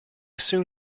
soon